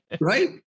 right